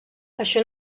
això